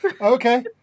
Okay